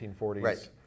Right